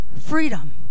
Freedom